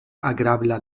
agrabla